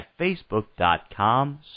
facebook.com